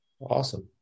Awesome